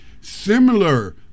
similar